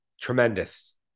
Tremendous